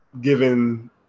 given